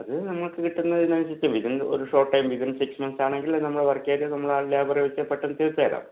അതു നമുക്ക് കിട്ടുന്നതിനനുസരിച്ച് ഇതും ഒരു ഷോട്ട് ടൈം ഇതും സിക്സ് മന്ത്സാണെങ്കിൽ നമ്മൾ വർക്ക് ഏരിയ നമ്മൾ ആ ലേബറെ വച്ച് പെട്ടന്ന് തീർത്ത് തരാം